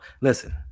listen